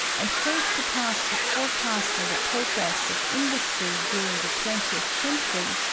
and face the task of forecasting the progress of industry during the twentieth century,